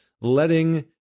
letting